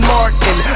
Martin